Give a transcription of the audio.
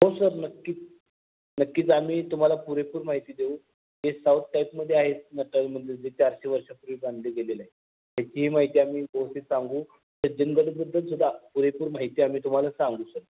हो सर नक्कीच नक्कीच आम्ही तुम्हाला पुरेपूर माहिती देऊ ते साऊत टाईपमध्ये आहेत नटराज मंदिर जे चारशे वर्षापूर्वी बांधलं गेलेलं आहे त्याचीही माहिती आम्ही व्यवस्थित सांगू सज्जनगडबद्दल सुद्धा पुरेपूर माहिती आम्ही तुम्हाला सांगू सर